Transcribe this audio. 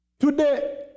Today